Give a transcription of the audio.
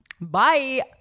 Bye